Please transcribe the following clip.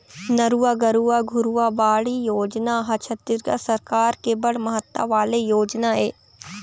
नरूवा, गरूवा, घुरूवा, बाड़ी योजना ह छत्तीसगढ़ सरकार के बड़ महत्ता वाले योजना ऐ